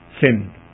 sin